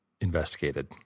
investigated